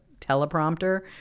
teleprompter